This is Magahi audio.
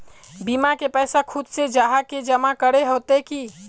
बीमा के पैसा खुद से जाहा के जमा करे होते की?